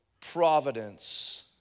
providence